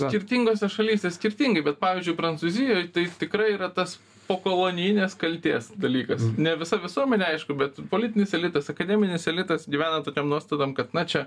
skirtingose šalyse skirtingai bet pavyzdžiui prancūzijoj tai tikrai yra tas pokolonijinės kaltės dalykas ne visa visuomenė aišku bet politinis elitas akademinis elitas gyvena tokiom nuostatom kad na čia